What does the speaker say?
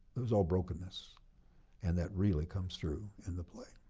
it was all brokenness and that really comes through in the play.